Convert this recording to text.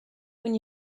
when